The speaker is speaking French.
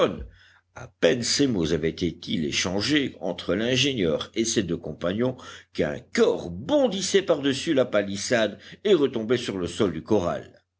à peine ces mots avaient-ils été échangés entre l'ingénieur et ses deux compagnons qu'un corps bondissait par-dessus la palissade et retombait sur le sol du corral